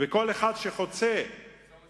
צומת